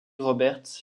roberts